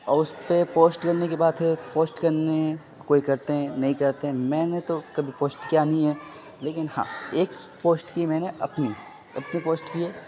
اور اس پہ پوسٹ کرنے کی بات ہے پوسٹ کرنے کوئی کرتے ہیں نہیں کرتے ہیں میں نے تو کبھی پوسٹ کیا نہیں ہے لیکن ہاں ایک پوسٹ کی میں نے اپنی اپنی پوسٹ کیے